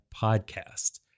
podcast